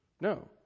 No